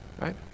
right